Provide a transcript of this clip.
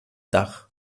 dach